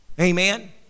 Amen